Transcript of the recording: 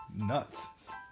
nuts